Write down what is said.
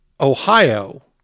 Ohio